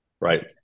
right